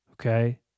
okay